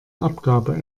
abgabe